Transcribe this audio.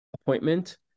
appointment